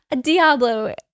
Diablo